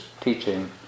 teaching